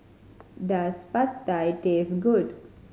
does Pad Thai taste good